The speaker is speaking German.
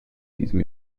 diesem